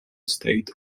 state